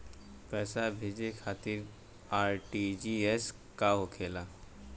पैसा भेजे खातिर आर.टी.जी.एस का होखेला?